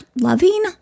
loving